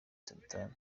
sultan